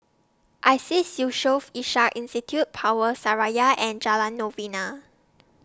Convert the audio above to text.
I Seas Yusof Ishak Institute Power Seraya and Jalan Novena